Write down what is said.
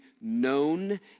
known